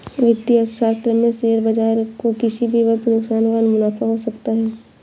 वित्तीय अर्थशास्त्र में शेयर बाजार को किसी भी वक्त नुकसान व मुनाफ़ा हो सकता है